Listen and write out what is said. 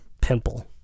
Pimple